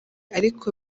ariko